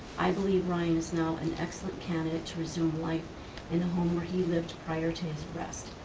i believe ryan is now an excellent candidate to resume life in the home where he lived prior to his arrest.